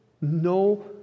no